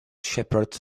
shepherds